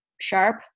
sharp